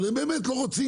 אבל הם באמת לא רוצים,